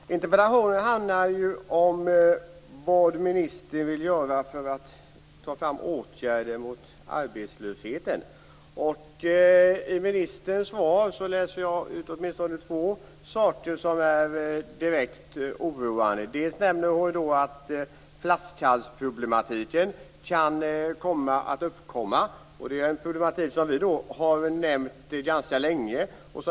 Herr talman! Interpellationen handlar om vad ministern vill göra för att vidta åtgärder mot arbetslösheten. I ministerns svar utläser jag åtminstone två saker som är direkt oroande. Bl.a. nämner hon att flaskhalsproblem kan komma att uppkomma. Det är något som vi har talat om ganska länge.